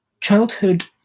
childhood